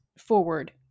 forward